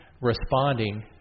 responding